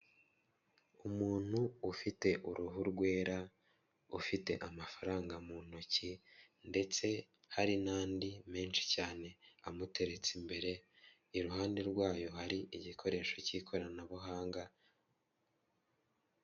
Umuntu ufite uruhu rwera ufite amafaranga mu ntoki ndetse hari n'andi menshi cyane amuteretse imbere iruhande rwayo hari igikoresho cy'ikoranabuhanga.